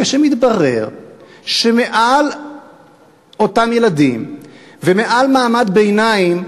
ומתברר שמעל לאותם ילדים ומעל מעמד הביניים,